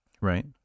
Right